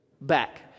back